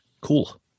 Cool